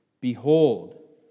Behold